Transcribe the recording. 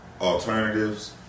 alternatives